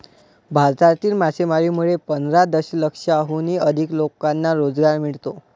भारतातील मासेमारीमुळे पंधरा दशलक्षाहून अधिक लोकांना रोजगार मिळतो